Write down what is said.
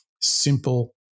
simple